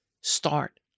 start